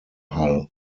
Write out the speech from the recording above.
hull